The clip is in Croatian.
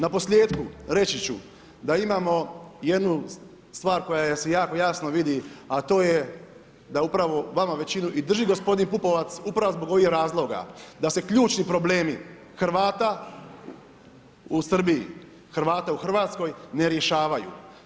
Na posljetku reći ću da imamo jednu stvar koja se jako jasno vidi a to je da upravo vama i većinu drži gospodin Pupovac upravo zbog ovih razloga, da se ključni problemi Hrvata u Srbiji, Hrvata u Hrvatskoj ne rješavaju.